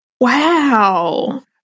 Wow